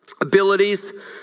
Abilities